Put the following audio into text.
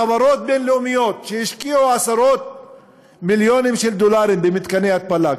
חברות בין-לאומיות שהשקיעו עשרות מיליונים של דולרים במתקני התפלה,